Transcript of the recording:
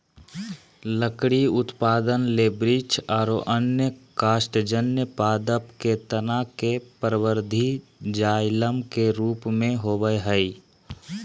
लकड़ी उत्पादन ले वृक्ष आरो अन्य काष्टजन्य पादप के तना मे परवर्धी जायलम के रुप मे होवअ हई